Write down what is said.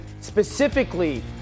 specifically